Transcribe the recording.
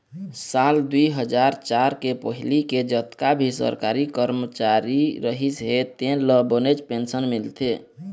साल दुई हजार चार के पहिली के जतका भी सरकारी करमचारी रहिस हे तेन ल बनेच पेंशन मिलथे